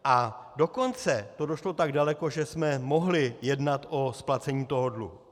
A dokonce to došlo tak daleko, že jsme mohli jednat o splacení dluhu.